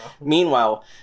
Meanwhile